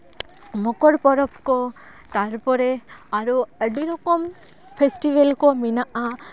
ᱢᱚᱠᱚᱨ ᱯᱚᱨᱚᱵᱽ ᱠᱚ ᱛᱟᱨᱯᱚᱨᱮ ᱟᱨᱚ ᱟᱹᱰᱤ ᱨᱚᱠᱚᱢ ᱯᱷᱮᱥᱴᱤᱵᱮᱞ ᱠᱚ ᱢᱮᱱᱟᱜᱼᱟ